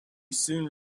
soon